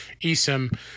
eSIM